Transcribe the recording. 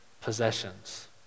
possessions